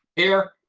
here,